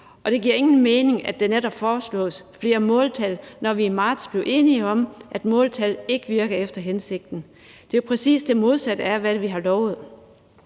og det giver ingen mening, at der netop foreslås flere måltal, når vi i marts blev enige om, at måltal ikke virker efter hensigten. Det er jo præcis det modsatte af, hvad vi har lovet.